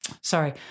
sorry